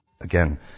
again